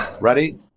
ready